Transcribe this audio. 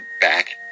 Back